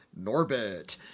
Norbit